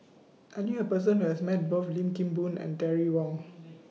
I knew A Person Who has Met Both Lim Kim Boon and Terry Wong